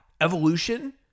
Evolution